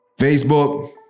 Facebook